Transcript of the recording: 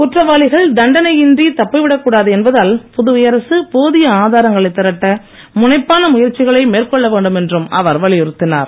குற்றவாளிகள் தண்டனையின்றி தப்பி விடக்கூடாது என்பதால் புதுவை அரசு போதிய ஆதாரங்களை திரட்ட முனைப்பான முயற்சிகளை மேற்கொள்ள வேண்டும் என்றும் அவர் வலியுறுத்தினார்